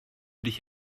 dich